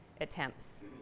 attempts